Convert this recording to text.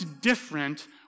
different